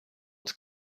its